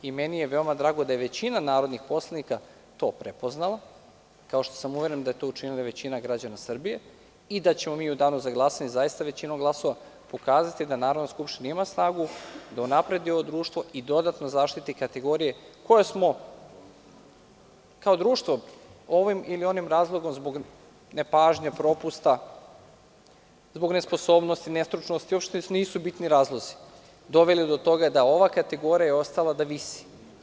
Meni je veoma drago da je većina narodnih poslanika to prepoznala, kao što sam uveren da je to učinila i većina građana Srbije i da ćemo mi u danu za glasanje zaista većinom glasova pokazati da Narodna skupština ima snagu da unapredi ovo društvo i dodatno zaštiti kategorije koje smo kao društvo ovim ili onim razlogom, zbog nepažnje, propusta, zbog nesposobnosti, nestručnosti, uopšte nisu bitni razlozi, doveli do toga da je ova kategorija ostala da visi.